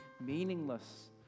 meaningless